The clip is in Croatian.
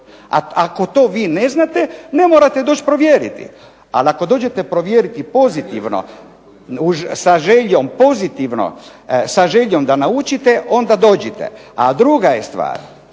ako to vi ne znate ne morate doći provjeriti. Ali ako dođete provjeriti pozitivno sa željom pozitivno, sa željom da naučite onda dođite. A druga je stvar